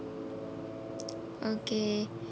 okay